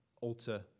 alter